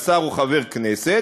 על שר או חבר כנסת,